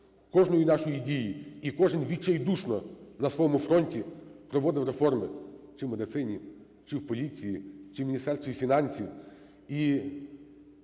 кожної нашої дії, і кожен відчайдушно на своєму фронті проводив реформи: чи в медицині, чи в поліції, чи в Міністерстві фінансів.